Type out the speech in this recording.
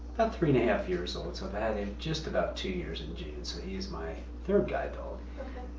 about three and a half years old, so i've had him just about two years in june, so he is my third guide dog.